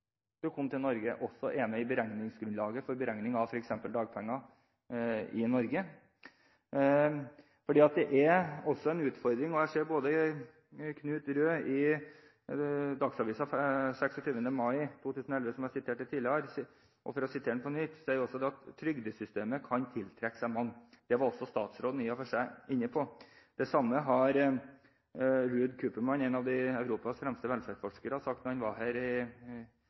til Norge, også er med i beregningsgrunnlaget for beregning av f.eks. dagpenger i Norge? Det er også en utfordring – som jeg ser Knut Røed i Dagsavisen 26. mai 2011, som jeg siterte tidligere, og som jeg siterer på nytt, sier – at trygdesystemet kan tiltrekke seg mange. Det var også statsråden i og for seg inne på. Det samme sa Ruud Koopmans, en av Europas fremste velferdsforskere, da han var her